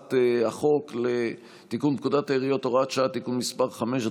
הצעת החוק לתיקון פקודת העיריות (הוראת שעה) (תיקון מס' 5),